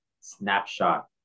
snapshot